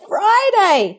Friday